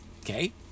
okay